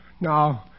No